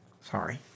sorry